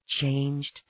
Changed